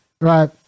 right